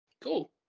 Cool